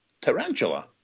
Tarantula